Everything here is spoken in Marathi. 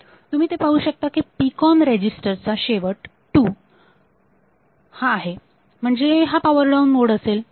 तुम्ही ते पाहू शकता की PCON रेजिस्टर चा शेवट 02 आणि होत आहे म्हणजे हा पावर डाऊन मोड असेल